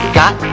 got